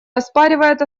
оспаривает